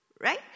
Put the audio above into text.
right